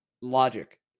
logic